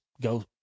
go